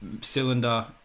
Cylinder